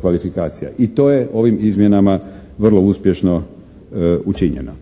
kvalifikacija i to je ovim izmjenama vrlo uspješno učinjeno.